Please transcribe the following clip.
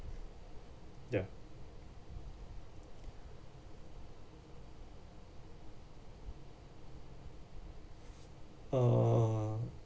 ya uh